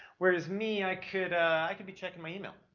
whereas me, i could, i could be checking my email.